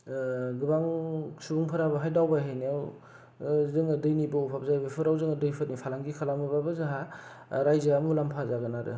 ओ गोबां सुबुं फोरा बेवहाय दावबाय हैनायाव जोङो दैनिबो अबाब जायो बेफोराव जोङो दैनि फालांगि खालामोबाबो जोंहा रायजोआ मुलामफा जागोन आरो